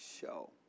Show